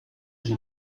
sie